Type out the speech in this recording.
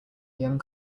young